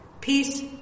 peace